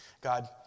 God